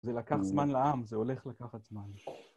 זה לקח זמן לעם, זה הולך לקחת זמן.